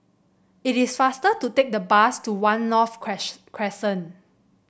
it is faster to take the bus to One North Crescent